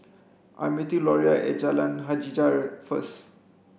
I meeting Loria at Jalan Hajijah first